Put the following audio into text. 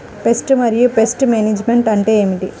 Pest మరియు pest management అంటే ఏమిటి?